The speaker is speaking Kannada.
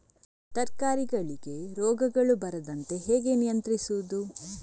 ತರಕಾರಿಗಳಿಗೆ ರೋಗಗಳು ಬರದಂತೆ ಹೇಗೆ ನಿಯಂತ್ರಿಸುವುದು?